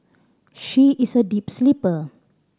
she is a deep sleeper